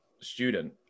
student